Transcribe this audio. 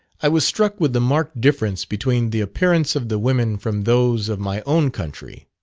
i was struck with the marked difference between the appearance of the women from those of my own country.